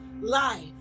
life